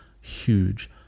huge